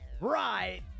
Right